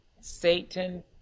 satan